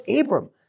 Abram